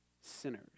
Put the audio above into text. sinners